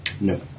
No